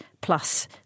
plus